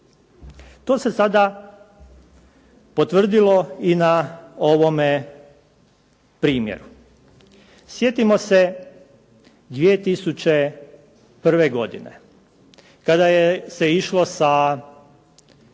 to se sada potvrdilo i na ovome primjeru. Sjetimo se 2001. godine kada se išlo sa